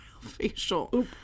facial